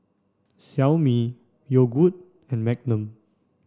Xiaomi Yogood and Magnum